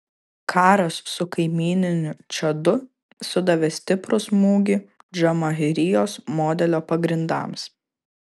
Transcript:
karas su kaimyniniu čadu sudavė stiprų smūgį džamahirijos modelio pagrindams